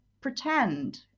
pretend